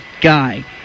guy